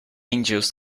angels